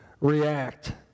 react